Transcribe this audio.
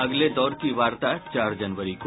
अगले दौर की वार्ता चार जनवरी को